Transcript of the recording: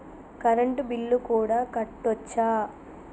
Current bill కూడా కట్టొచ్చా?